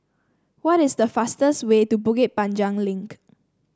what is the fastest way to Bukit Panjang Link